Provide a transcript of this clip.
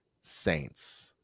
Saints